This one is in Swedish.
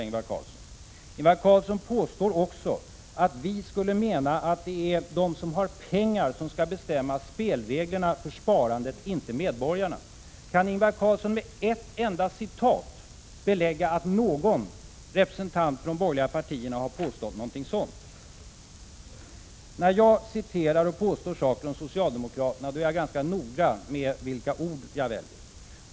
Ingvar Carlsson påstod också att vi skulle mena att det är de som har pengar som skall bestämma spelreglerna för sparandet — inte medborgarna. Kan Ingvar Carlsson med ett enda citat belägga att någon representant för de borgerliga partierna har påstått något sådant? När jag citerar och påstår saker om socialdemokraterna, är jag ganska noggrann med vilka ord jag väljer.